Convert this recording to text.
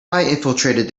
infiltrated